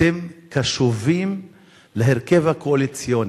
אתם קשובים להרכב הקואליציוני,